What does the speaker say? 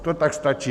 To tak stačí.